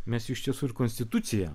mes iš tiesų ir konstituciją